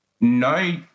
no